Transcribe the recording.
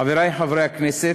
חברי חברי הכנסת,